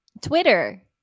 Twitter